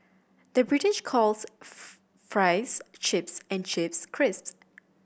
the British calls fries chips and chips crisps